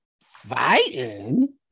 fighting